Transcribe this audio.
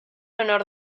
honor